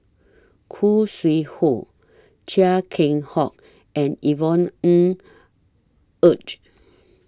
Khoo Sui Hoe Chia Keng Hock and Yvonne Ng Uhde